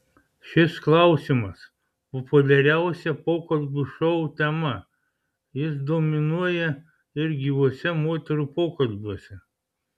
šis klausimas populiariausia pokalbių šou tema jis dominuoja ir gyvuose moterų pokalbiuose